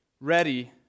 ready